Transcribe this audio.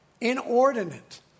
Inordinate